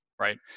right